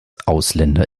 ausländer